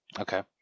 Okay